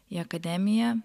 į akademiją